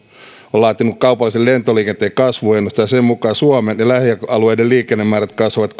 on laatinut kaupallisen lentoliikenteen kasvuennusteen ja sen mukaan suomen ja lähialueiden liikennemäärät kasvavat